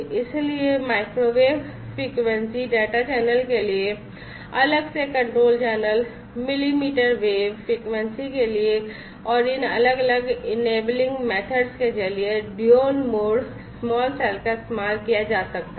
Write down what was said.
इसलिए microwave frequency data channel के लिए अलग से control channel millimetre wave frequency के लिए और इन अलग अलग इनेबलिंग मेथड्स के जरिए dual mode स्मॉल सेल का इस्तेमाल किया जा सकता है